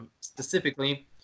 specifically